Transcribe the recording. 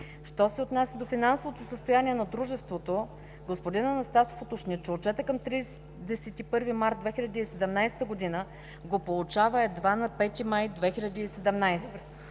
Що се отнася до финансовото състояние на дружеството, господин Анастасов уточни, че отчетът към 31 март 2017 г. го получава едва на 5 май 2017